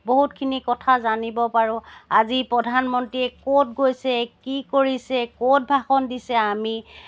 বহুতখিনি কথা জানিব পাৰো আজি প্ৰধানমন্ত্ৰী ক'ত গৈছে কি কৰিছে ক'ত ভাষণ দিছে আমি